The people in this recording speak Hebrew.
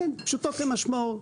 פשוטו כמשמעו.